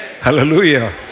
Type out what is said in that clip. Hallelujah